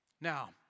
Now